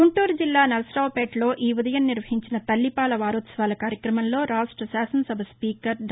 గుంటూరుజిల్లా నార్సరావుపేటలో ఈ ఉదయం నిర్వహించిన తల్లిపాల వారోత్సవాల కార్యక్రమంలో రాష్ట శాసనసభస్పీకర్ డా